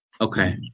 Okay